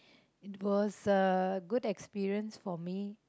it was a good experience for me